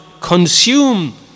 consume